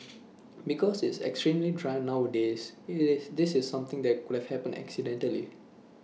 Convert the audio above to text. because it's extremely dry nowadays IT is this is something that could have happened accidentally